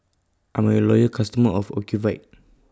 I'm A Loyal customer of Ocuvite